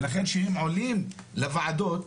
ולכן כשהם עולים לוועדות,